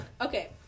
Okay